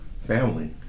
family